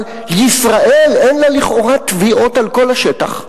אבל לכאורה, לישראל אין תביעות על כל השטח.